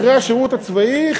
אחרי השירות הצבאי,